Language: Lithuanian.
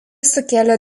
sukėlė